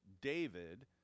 David